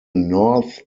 north